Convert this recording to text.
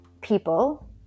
people